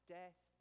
death